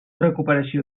recuperació